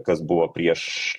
kas buvo prieš